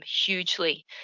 hugely